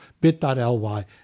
bit.ly